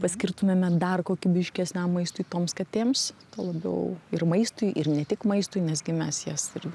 paskirtumėme dar kokybiškesniam maistui toms katėms tuo labiau ir maistui ir ne tik maistui nes gi mes jas ir